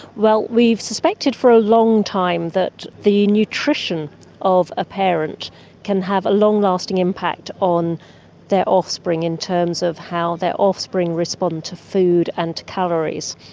well, we've suspected for a long time that the nutrition of a parent can have a long-lasting impact on their offspring in terms of how their offspring respond to food and to calories.